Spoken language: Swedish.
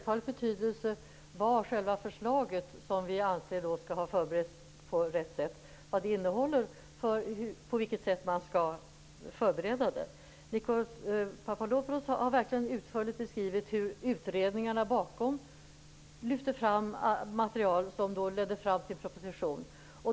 Fru talman! Vad själva förslaget som vi anser skall ha förberetts på rätt sätt innehåller har självfallet betydelse för på vilket sätt man skall förbereda det. Nikos Papadopoulos har verkligen utförligt beskrivit hur utredningarna lyfte fram material som ledde fram till proposition.